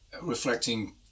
reflecting